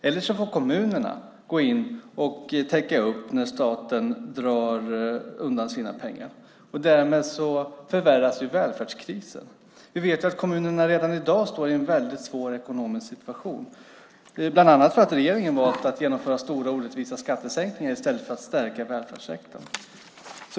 Eller så får kommunerna gå in och täcka upp när staten drar undan sina pengar. Därmed förvärras välfärdskrisen. Vi vet att kommunerna redan i dag står i en väldigt svår ekonomisk situation, bland annat för att regeringen har valt att genomföra stora orättvisa skattesänkningar i stället för att stärka välfärdssektorn.